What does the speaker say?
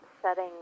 setting